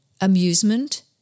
amusement